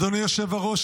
אדוני היושב-ראש,